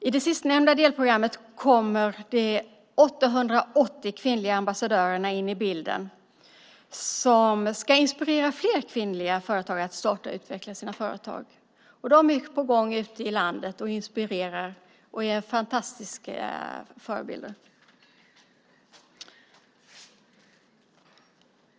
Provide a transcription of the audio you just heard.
I det sistnämnda delprogrammet kommer de 880 kvinnliga ambassadörerna in i bilden. De ska inspirera fler kvinnliga företagare att starta och utveckla företag. De är på gång ute i landet, inspirerar och är fantastiska förebilder.